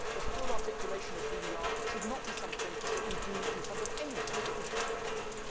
the full articulation of who we are should not be something that we do in front of anyone that we care about.